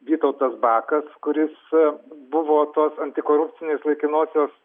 vytautas bakas kuris buvo tos antikorupcinės laikinosios